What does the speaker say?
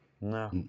No